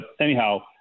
anyhow